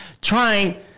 trying